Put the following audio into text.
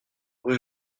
rue